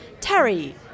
Terry